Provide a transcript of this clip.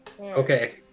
Okay